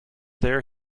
there